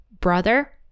brother